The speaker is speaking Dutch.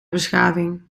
beschaving